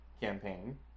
campaign